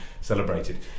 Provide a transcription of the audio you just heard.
celebrated